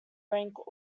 rank